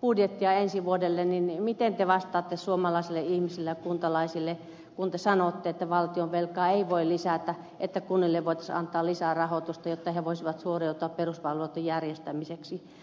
budjettia ensi vuodelle miten te vastaatte suomalaisille ihmisille ja kuntalaisille kun te sanotte että valtion velkaa ei voi lisätä jotta kunnille voitaisiin antaa lisää rahoitusta jotta ne voisivat suoriutua peruspalveluitten järjestämisestä